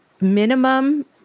minimum